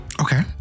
Okay